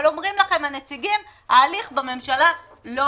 אבל אומרים לכם הנציגים: ההליך בממשלה לא